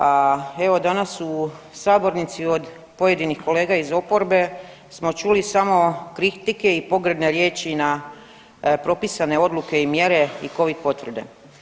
A evo danas u sabornici od pojedinih kolega iz oporbe smo čuli samo kritike i pogrdne riječi na propisane odluke i mjere i Covid potvrde.